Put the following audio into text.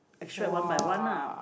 extract one by one lah